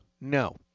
No